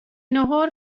ناهار